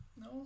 no